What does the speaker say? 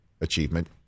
achievement